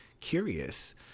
curious